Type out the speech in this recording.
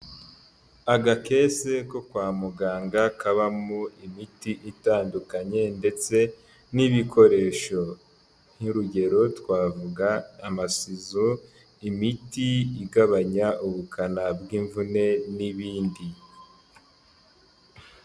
Agakese ko kwa muganga kabamo imiti itandukanye ndetse n'ibikoresho, nk'urugero twavuga: amasizo, imiti igabanya ubukana bw'imvune n'ibindi.